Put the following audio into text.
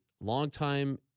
longtime